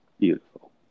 Beautiful